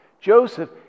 Joseph